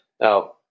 Now